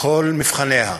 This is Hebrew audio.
בכל מבחניה.